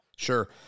Sure